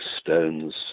stones